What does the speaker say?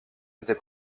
était